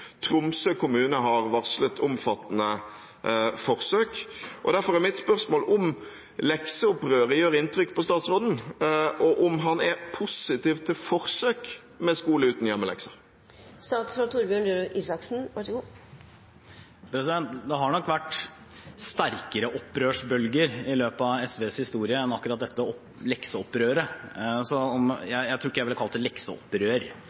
Tromsø kommune har varslet omfattende forsøk. Derfor er mitt spørsmål om lekseopprøret gjør inntrykk på statsråden, og om han er positiv til forsøk med skole uten hjemmelekser. Det har nok vært sterkere opprørsbølger i løpet av SVs historie enn akkurat dette lekseopprøret. Jeg tror ikke jeg ville kalt det